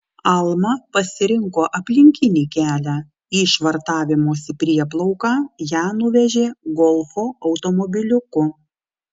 alma pasirinko aplinkinį kelią į švartavimosi prieplauką ją nuvežė golfo automobiliuku